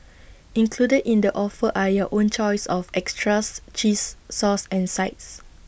included in the offer are your own choice of extras cheese sauce and sides